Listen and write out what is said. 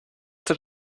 did